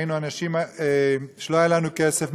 היינו אנשים שלא היה להם כסף,